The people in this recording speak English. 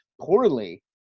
poorly